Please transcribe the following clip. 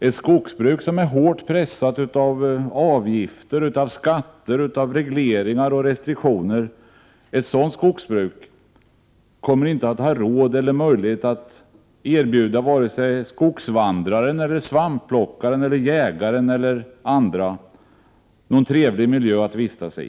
Ett skogsbruk hårt pressat av avgifter, skatter, regleringar och restriktioner kommer att varken ha råd eller möjlighet att erbjuda skogsvandraren, svampplockaren, jägaren m.fl. någon trevlig miljö att vistas i.